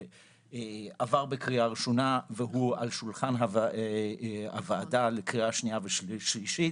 עבר בקריאה ראשונה והוא על שולחן הוועדה לקריאה שנייה ושלישית,